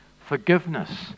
forgiveness